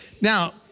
Now